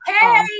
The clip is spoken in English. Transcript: Hey